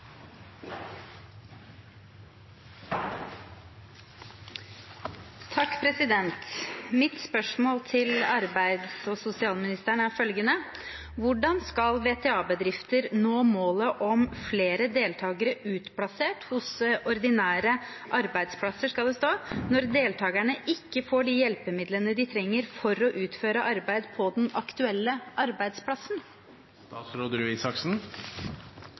er følgende: «Hvordan skal VTA-bedrifter nå målet om å ha flere deltagere utplassert på ordinære arbeidsplasser, når deltagerne ikke får de hjelpemidlene de trenger for å utføre arbeid på den aktuelle